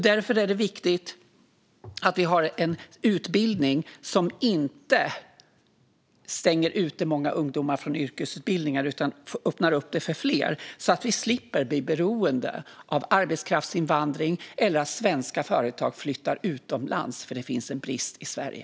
Därför är det viktigt att vi har en utbildning som inte stänger ute många ungdomar från yrkesutbildningar utan öppnar upp dessa för fler, så att vi slipper bli beroende av arbetskraftsinvandring eller att svenska företag flyttar utomlands därför att det finns en brist i Sverige.